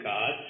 God